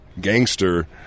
gangster